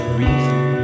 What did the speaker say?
reason